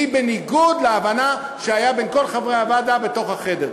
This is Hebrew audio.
שהיא בניגוד להבנה שהייתה בין כל חברי הוועדה בתוך החדר.